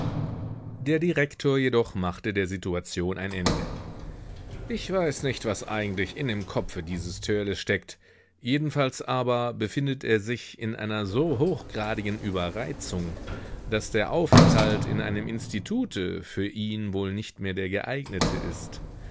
der direktor jedoch machte der situation ein ende ich weiß nicht was eigentlich in dem kopfe dieses törleß steckt jedenfalls aber befindet er sich in einer so hochgradigen überreizung daß der aufenthalt in einem institute für ihn wohl nicht mehr der geeignete ist